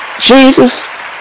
Jesus